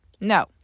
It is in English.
No